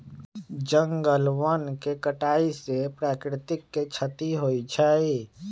जंगल वन के कटाइ से प्राकृतिक के छति होइ छइ